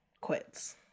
quits